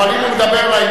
אבל אם הוא מדבר לעניין,